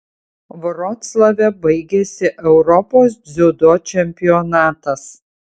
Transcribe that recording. vroclave baigėsi europos dziudo čempionatas